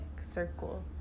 circle